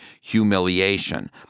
humiliation